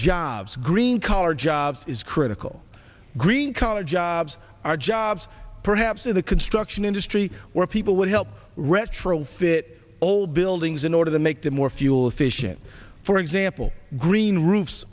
jobs green collar jobs is critical green collar jobs are jobs perhaps in the construction industry where people would help retrofit old buildings in order to make them more fuel efficient for example green roofs